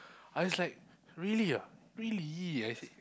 I was like really ah really I said